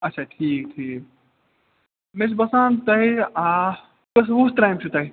آچھا ٹھیٖک ٹھیٖک مےٚ چھُ باسان تۄہہِ ٲں کٔژ وُہ ترٛامہِ چھُو تۄہہِ